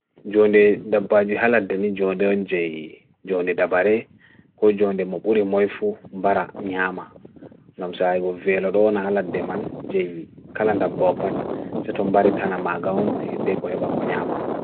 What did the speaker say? Hayreji ko suufere fiinooko laawol, ɓe ngoodari nafoore taali laawol e kiiki.